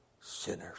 sinners